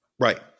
Right